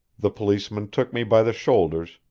the policeman took me by the shoulders,